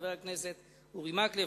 חבר הכנסת אורי מקלב,